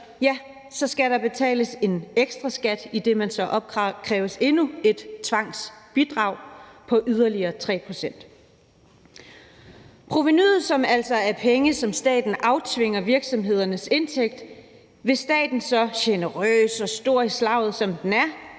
ja, så skal der betales en ekstra skat, idet man så opkræves endnu et tvangsbidrag på yderligere 3 pct. Provenuet, som altså er penge, som staten aftvinger virksomhederne i forhold til deres indtægt, vil staten så generøst og stor i slaget, som den er,